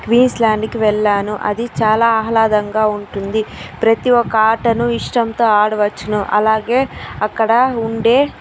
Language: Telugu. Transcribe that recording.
క్వీన్స్ల్యాండ్కి వెళ్ళాను అది చాలా ఆహ్లాదంగా ఉంటుంది ప్రతి ఒక్క ఆటను ఇష్టంతో ఆడవచ్చు అలాగే అక్కడ ఉండే